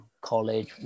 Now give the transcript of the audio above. college